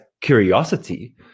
curiosity